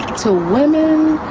to women,